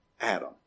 Adam